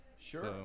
Sure